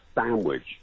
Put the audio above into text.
sandwich